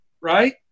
right